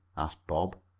asked bob.